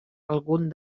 algun